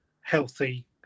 healthy